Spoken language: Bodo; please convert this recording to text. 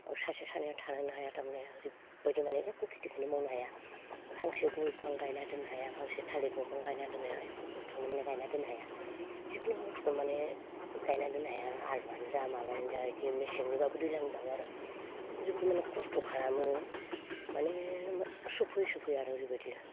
सासे सानैया थानोनो हाया दा माने ओरैबबादि माने एख' खेथिखोनो मावनो हाया फांसे गय बिफां गायनो हाया फांसे थालिर दंफां गायना दोननो हाया एख' बुस्थुखोनो माने गायना दोननो हाया जिखुनु बुस्थुखोनो माने गायना दोननो हाया आलुआनो जा माबायानो जा मेसेंनिब्लाबो दैज्लांनिब्लाबो आरो ओरैबादि खस्थ' खालामो माने सोफै सोफैआरो ओरैबादि